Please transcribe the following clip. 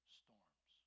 storms